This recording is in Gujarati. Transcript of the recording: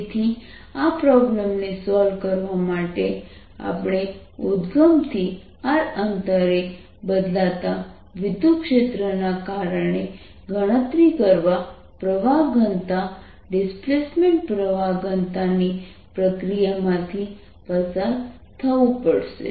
તેથી આ પ્રોબ્લેમને સોલ્વ કરવા માટે આપણે ઉદ્દગમથી r અંતરે બદલાતા વિદ્યુતક્ષેત્રને કારણે ગણતરી કરવા પ્રવાહ ઘનતા ડિસ્પ્લેસમેન્ટ પ્રવાહ ઘનતા ની પ્રક્રિયામાંથી પસાર થવું પડશે